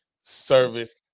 service